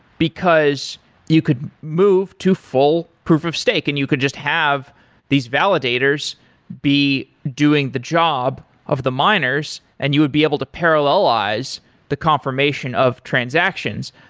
because you could move to full proof of stake and you could just have these validators be doing the job of the miners and you would be able to parallelize the confirmation of transactions.